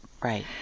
Right